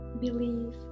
believe